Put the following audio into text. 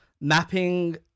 mapping